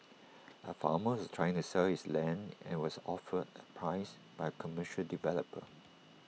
A farmer was trying to sell his land and was offered A price by A commercial developer